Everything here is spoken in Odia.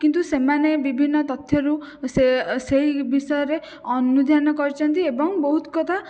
କିନ୍ତୁ ସେମାନେ ବିଭିନ୍ନ ତଥ୍ୟରୁ ସେ ସେହି ବିଷୟରେ ଅନୁଧ୍ୟାନ କରିଛନ୍ତି ଏବଂ ବହୁତ କଥା